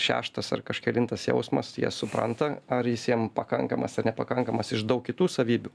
šeštas ar kažkelintas jausmas jie supranta ar jis jiem pakankamas ar nepakankamas iš daug kitų savybių